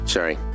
Sorry